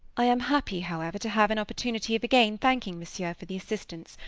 i am happy, however, to have an opportunity of again thanking monsieur for the assistance,